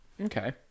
Okay